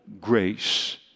grace